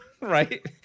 Right